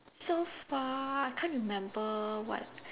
so far can't remember what